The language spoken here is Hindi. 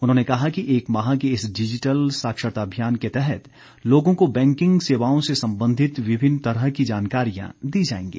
उन्होंने कहा कि एक माह के इस डिजिटल साक्षरता अभियान के तहत लोगों को बैंकिंग सेवाओं से संबंधित विभिन्न तरह की जानकारियां दी जाएंगी